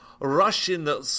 Russian